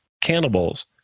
cannibals